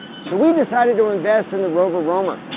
so we decided to invest in the rover roamer.